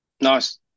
nice